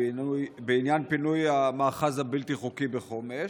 בעניין פינוי המאחז הבלתי חוקי בחומש,